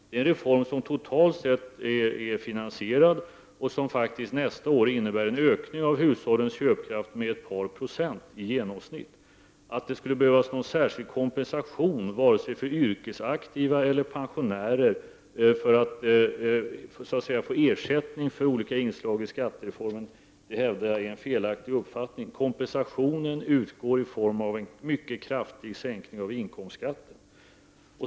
Det är en reform som totalt sett är finansierad och som nästa år innebär en ökning av hushållens köpkraft med i genomsnitt ett par procent. Att det skulle behövas någon särskild kompensation, antingen för yrkesaktiva eller för pensionärer, för olika inslag i skattereformen är en felaktig uppfattning. Kompensationen utgår i form av en mycket kraftig sänkning av inkomstskatten.